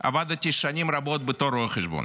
עבדתי שנים רבות בתור רואה חשבון.